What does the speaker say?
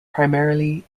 primarily